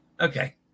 Okay